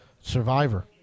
Survivor